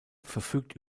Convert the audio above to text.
verfügt